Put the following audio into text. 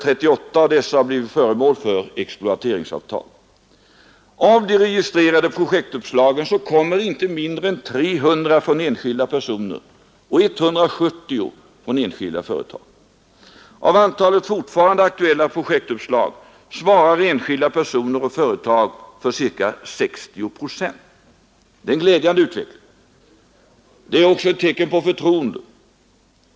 38 av dessa har blivit föremål för exploateringsavtal. Av de registrerade projektuppslagen kommer inte mindre än 300 från enskilda personer och 170 från enskilda företag. Av antalet fortfarande aktuella projektuppslag svarar enskilda personer och företag för ca 60 procent. Detta är en glädjande utveckling. Det är också ett tecken på förtroende.